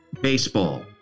baseball